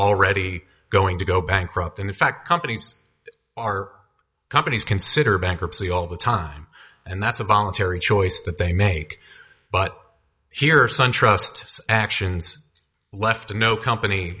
already going to go bankrupt in fact companies are companies consider bankruptcy all the time and that's a voluntary choice that they make but here suntrust actions left no company